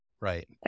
Right